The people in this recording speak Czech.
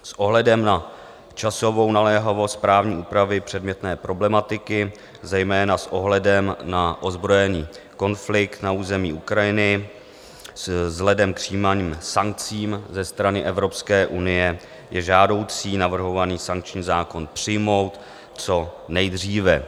S ohledem na časovou naléhavost právní úpravy předmětné problematiky, zejména s ohledem na ozbrojený konflikt na území Ukrajiny, vzhledem k přijímaným sankcím ze strany Evropské unie je žádoucí navrhovaný sankční zákon přijmout co nejdříve.